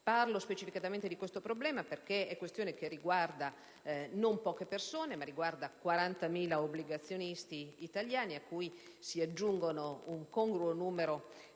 Parlo specificatamente di questo problema perché la questione riguarda non poche persone, ma 40.000 obbligazionisti italiani a cui si aggiunge un congruo numero di azionisti.